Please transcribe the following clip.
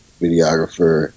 videographer